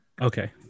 Okay